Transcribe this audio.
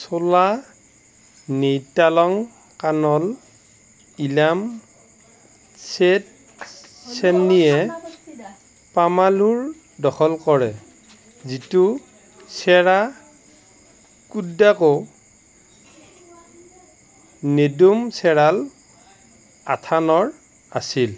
চোলা নেয়তালংকানল ইলাম ছেট চেন্নীয়ে পামালুৰ দখল কৰে যিটো চেৰা কুডাক্কো নেদুম চেৰাল আথানৰ আছিল